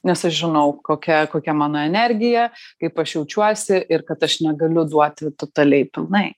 nes aš žinau kokia kokia mano energija kaip aš jaučiuosi ir kad aš negaliu duoti totaliai pilnai